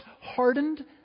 hardened